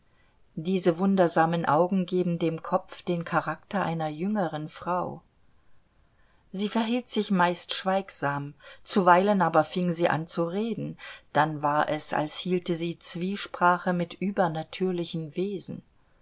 diese wundersamen augen geben dem kopf den charakter einer jüngeren frau sie verhielt sich meist schweigsam zuweilen aber fing sie an zu reden dann war es als hielte sie zwiesprache mit übernatürlichen wesen